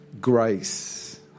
Grace